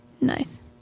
nice